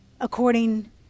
according